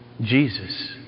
Jesus